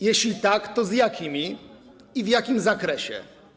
Jeśli tak, to z jakimi i w jakim zakresie?